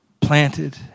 planted